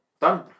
done